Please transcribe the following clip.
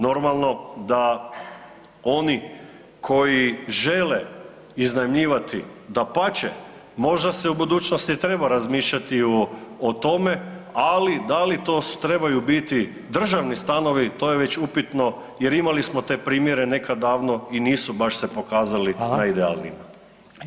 Normalno da oni koji žele iznajmljivati, dapače, možda se i budućnosti treba razmišljati i o tome, ali da li to trebaju biti državni stanovi, to je već upitno jer imali smo te primjere nekad davno i nisu baš se pokazali najidealnijima.